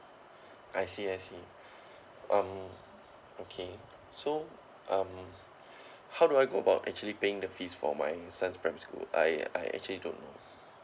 I see I see um okay so um how do I go about actually paying the fees for my son's primary school I I actually don't know